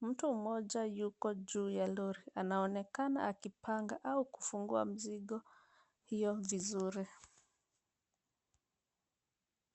Mtu mmoja yuko juu ya lori anaonekana akipanga au kufungua mzigo hiyo vizuri.